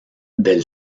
del